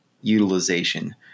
utilization